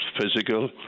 physical